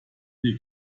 hier